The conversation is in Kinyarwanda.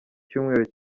cyumweru